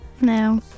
No